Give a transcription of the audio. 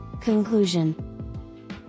Conclusion